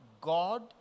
God